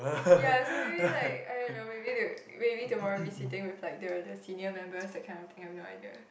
ya so maybe like I don't know maybe they maybe tomorrow we'll be sitting with like the the senior members that kind of thing I have no idea